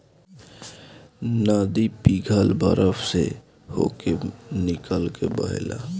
नदी पिघल बरफ से होके निकल के बहेला